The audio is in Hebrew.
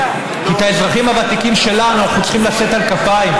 כי את האזרחים הוותיקים שלנו אנחנו צריכים לשאת על כפיים,